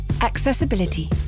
Accessibility